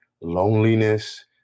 loneliness